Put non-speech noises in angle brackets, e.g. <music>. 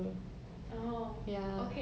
oh <noise>